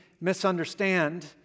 misunderstand